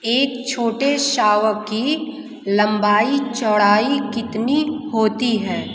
एक छोटे शावक की लम्बाई चौड़ाई कितनी होती है